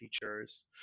features